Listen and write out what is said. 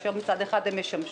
כאשר מצד אחד הן משמשות